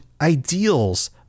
ideals